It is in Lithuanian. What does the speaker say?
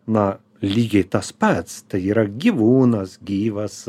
na lygiai tas pats tai yra gyvūnas gyvas